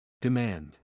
Demand